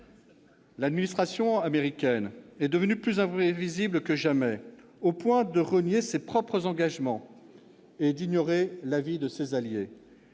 L'administration américaine est devenue plus imprévisible que jamais, au point de renier ses propres engagements et d'ignorer l'avis de ses alliés.